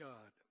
God